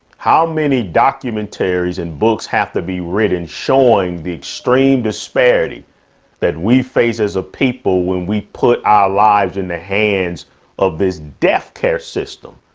how many documentaries and books have to be written, showing the extreme disparity that we face as a people. when we put our lives in the hands of this death care system,